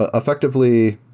ah effectively,